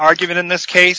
argument in this case